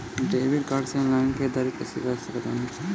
Debit card से online ख़रीदारी कैसे कर सकत बानी?